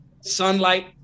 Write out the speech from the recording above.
sunlight